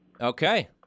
okay